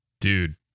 Dude